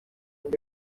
izo